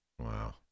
Wow